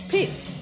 Peace